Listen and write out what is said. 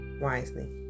wisely